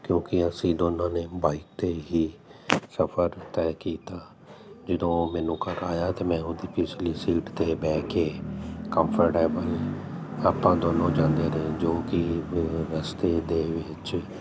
ਕਿਉਂਕਿ ਅਸੀਂ ਦੋਨਾਂ ਨੇ ਬਾਈਕ 'ਤੇ ਹੀ ਸਫ਼ਰ ਤੈਅ ਕੀਤਾ ਜਦੋਂ ਮੈਨੂੰ ਘਰ ਆਇਆ ਤਾਂ ਮੈਂ ਉਹਦੀ ਪਿਛਲੀ ਸੀਟ 'ਤੇ ਬਹਿ ਕੇ ਕੰਫਰਟਏਬਲ ਆਪਾਂ ਦੋਨੋਂ ਜਾਂਦੇ ਰਹੇ ਜੋ ਕਿ ਰਸਤੇ ਦੇ ਵਿੱਚ